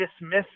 dismiss